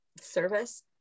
service